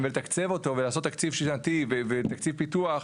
ולתקצב אותו ולעשות תקציב שנתי ותקציב פיתוח.